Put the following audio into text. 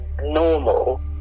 normal